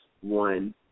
one